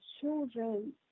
children